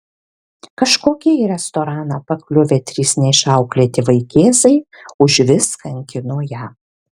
kažkokie į restoraną pakliuvę trys neišauklėti vaikėzai užvis kankino ją